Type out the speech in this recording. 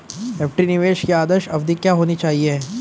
FD निवेश की आदर्श अवधि क्या होनी चाहिए?